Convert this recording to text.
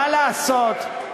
מה לעשות,